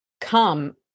come